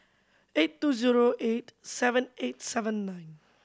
eight two zero eight seven eight seven nine